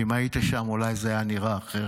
אם היית שם אולי זה היה נראה אחרת.